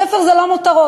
ספר זה לא מותרות.